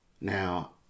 Now